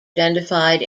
identified